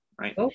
right